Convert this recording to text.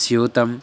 स्यूतं